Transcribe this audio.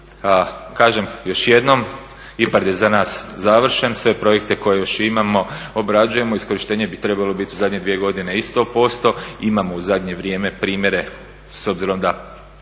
Kažem još jednom, IPARD je za nas završen. Sve projekte koje još imamo obrađujemo. Iskorištenje bi trebalo biti u zadnje dvije godine i sto posto. Imamo u zadnje vrijeme primjere s obzirom da